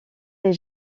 les